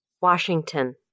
Washington